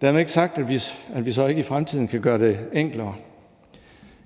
Dermed ikke sagt, at vi så ikke i fremtiden kan gøre det enklere.